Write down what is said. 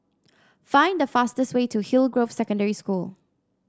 find the fastest way to Hillgrove Secondary School